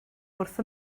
wrth